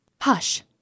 Hush